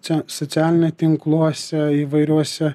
čia socialine tinkluose įvairiuose